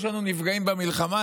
יש לנו נפגעים במלחמה,